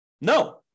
No